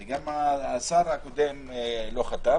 גם השר הקודם לא חתם.